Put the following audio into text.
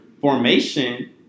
formation